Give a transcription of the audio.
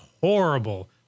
horrible